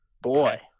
Boy